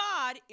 God